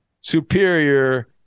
Superior